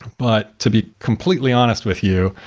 but to be completely honest with you,